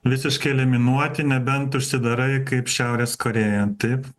visiškai eliminuoti nebent užsidarai kaip šiaurės korėja taip